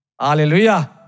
Hallelujah